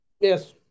Yes